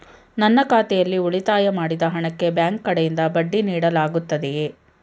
ನನ್ನ ಖಾತೆಯಲ್ಲಿ ಉಳಿತಾಯ ಮಾಡಿದ ಹಣಕ್ಕೆ ಬ್ಯಾಂಕ್ ಕಡೆಯಿಂದ ಬಡ್ಡಿ ನೀಡಲಾಗುತ್ತದೆಯೇ?